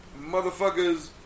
motherfuckers